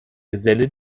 geselle